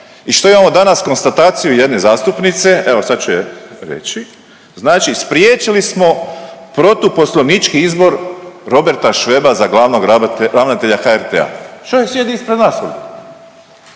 I što imamo danas konstataciju jedne zastupnice, evo sad ću je reći, znači spriječili smo protuposlovnički izbor Roberta Šveba za glavnog ravnatelja HRT-a. Čovjek sjedi ispred vas